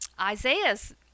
Isaiah's